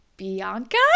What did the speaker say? Bianca